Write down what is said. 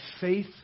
faith